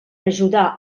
ajudar